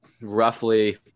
roughly